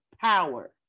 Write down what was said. power